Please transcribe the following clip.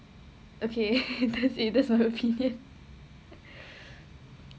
okay that is my opinion